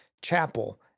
chapel